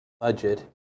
budget